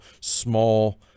small